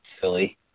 silly